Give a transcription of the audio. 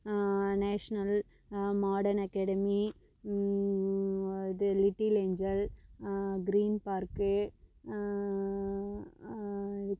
national modern academy இது little angel green park